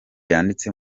yanditse